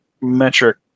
metric